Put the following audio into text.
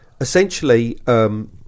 essentially